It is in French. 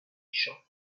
champs